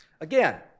Again